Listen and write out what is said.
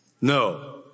No